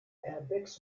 airbags